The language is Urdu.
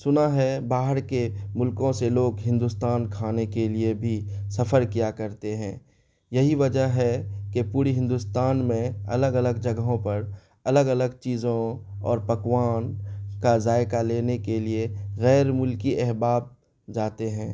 سنا ہے باہر کے ملکوں سے لوگ ہندوستان کھانے کے لیے بھی سفر کیا کرتے ہیں یہی وجہ ہے کہ پوری ہندوستان میں الگ الگ جگہوں پر الگ الگ چیزوں اور پکوان کا ذائقہ لینے کے لیے غیر ملکی احباب جاتے ہیں